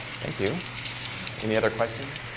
thank you any other questions